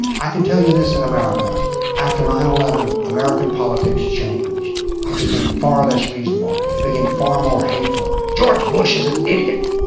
i can tell you this in america after nine eleven american politics changed it became far less reasonable, it became far more hateful. george bush is an idiot!